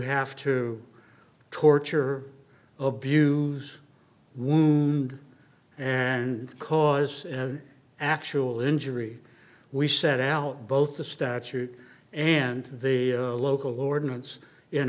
have to torture abuse wound and cause an actual injury we set out both the statute and the local ordinance in